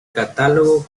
catálogo